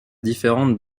différentes